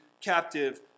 captive